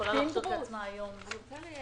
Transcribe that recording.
הישיבה ננעלה בשעה 12:00.